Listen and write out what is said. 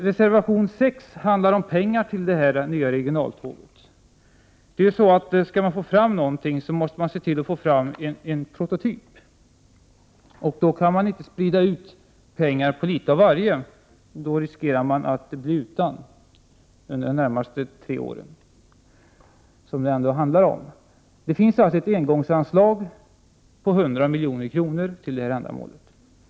Reservation 6 handlar om pengar till det nya regionaltåget. Skall det bli någonting måste man försöka få fram en prototyp. Då kan man inte sprida ut pengar på litet av varje. Gör man det riskerar man att det inte blir någonting under de närmaste tre åren, som det ändå är fråga om. Det finns alltså ett engångsanslag på 100 milj.kr. för detta ändamål.